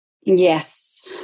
Yes